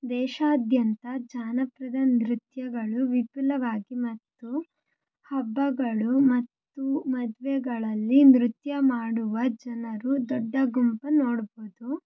ದೇಶಾದ್ಯಂತ ಜಾನಪದ ನೃತ್ಯಗಳು ವಿಪುಲವಾಗಿ ಮತ್ತು ಹಬ್ಬಗಳು ಮತ್ತು ಮದುವೆಗಳಲ್ಲಿ ನೃತ್ಯ ಮಾಡುವ ಜನರು ದೊಡ್ಡ ಗುಂಪು ನೋಡ್ಬೋದು